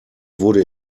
wurde